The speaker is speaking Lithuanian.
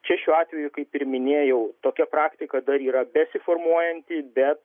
čia šiuo atveju kaip ir minėjau tokia praktika dar yra besiformuojanti bet